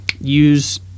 use